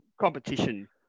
competition